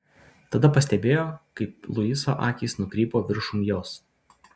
tada pastebėjo kaip luiso akys nukrypo viršum jos